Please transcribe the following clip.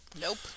Nope